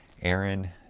Aaron